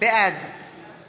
בעד